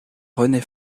renée